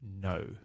No